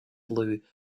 blue